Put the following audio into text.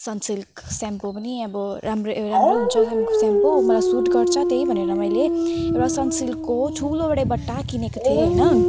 Sunsilk shampoo पनि अब राम्रो राम्रो हुन्छ सनसिल्क स्याम्पो मलाई सुट गर्छ त्यही भनेर मैले एउटा सनसिल्कको ठुलो बडे बट्टा किनेको थिएँ होइन